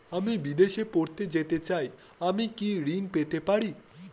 আমি বিদেশে পড়তে যেতে চাই আমি কি ঋণ পেতে পারি?